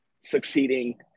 succeeding